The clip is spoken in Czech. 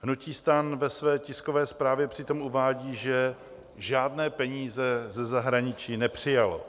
Hnutí STAN ve své tiskové zprávě přitom uvádí, že žádné peníze ze zahraničí nepřijalo.